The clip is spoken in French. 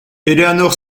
eleanor